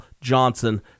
Johnson